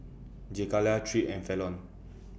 Jakayla Tripp and Fallon